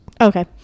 Okay